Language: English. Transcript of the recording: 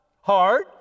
hard